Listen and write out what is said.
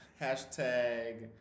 Hashtag